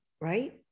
Right